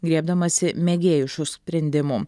griebdamasi mėgėjiškų sprendimų